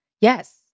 Yes